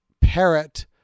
parrot